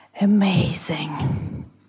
amazing